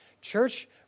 Church